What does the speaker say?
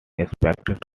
aspect